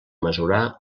mesurar